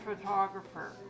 photographer